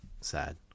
sad